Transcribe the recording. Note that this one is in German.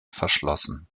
verschlossen